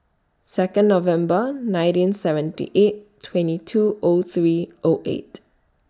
Second November nineteen seventy eight twenty two O three O eight